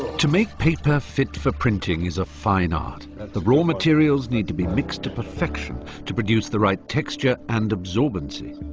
to make paper fit for printing is a fine art. the raw materials need to be mixed to perfection to produce the right texture and absorbency.